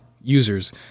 users